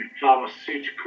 Pharmaceutical